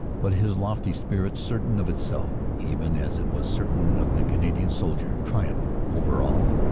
but his lofty spirit, certain of itself even as it was certain of the canadian soldier, triumphed over all.